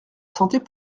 sentait